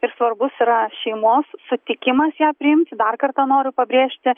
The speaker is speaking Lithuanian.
ir svarbus yra šeimos sutikimas ją priimti dar kartą noriu pabrėžti